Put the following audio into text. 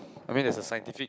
I mean there's a scientific